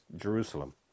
Jerusalem